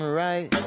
right